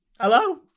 Hello